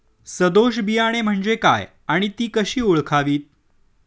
सदोष बियाणे म्हणजे काय आणि ती कशी ओळखावीत?